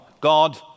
God